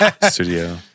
studio